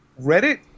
Reddit